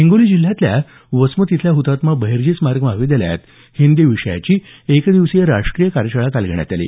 हिंगोली जिल्ह्यातल्या वसमत इथल्या ह्तात्मा बहिर्जी स्मारक महाविद्यालयात हिंदी विषयाची एक दिवसीय राष्ट्रीय कार्यशाळा काल घेण्यात आली